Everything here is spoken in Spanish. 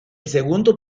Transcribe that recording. segundo